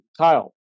Kyle